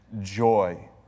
joy